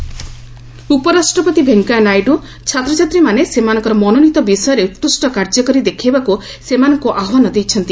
Venkaiah Naidu youth ଉପରାଷ୍ଟ୍ରପତି ଭେଙ୍କୟାନାଇଡୁ ଛାତ୍ରଛାତ୍ରୀମାନେ ସେମାନଙ୍କର ମନୋନୀତ ବିଷୟରେ ଉକ୍ତୁଷ୍ଟ କାର୍ଯ୍ୟ କରି ଦେଖାଇବାକୁ ସେମାନଙ୍କୁ ଆହ୍ୱାନ ଦେଇଛନ୍ତି